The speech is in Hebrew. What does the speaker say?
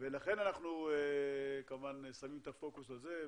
לכן אנחנו שמים את הפוקוס על זה.